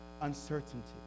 uncertainty